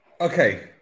Okay